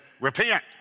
Repent